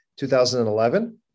2011